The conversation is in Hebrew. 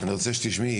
אני רוצה שתשמעי,